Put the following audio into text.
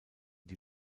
die